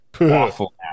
awful